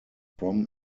from